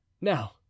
Now